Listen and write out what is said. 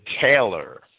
Taylor